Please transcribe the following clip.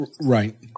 Right